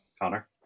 Connor